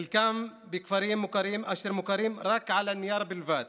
חלקם בכפרים מוכרים אשר מוכרים על הנייר בלבד